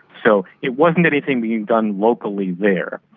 so it wasn't anything being done locally there.